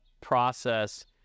process